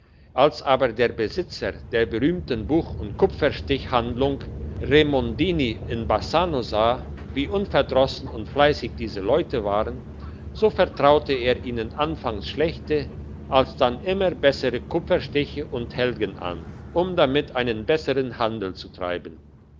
als aber der besitzer der berühmten buch und kupferstichhandlung remondini in bassano sah wie unverdrossen und fleissig diese leute waren so vertraute er ihnen anfangs schlechte alsdann immer bessere kupferstiche und helgen an um damit einen bessere handel zu treiben